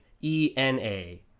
E-N-A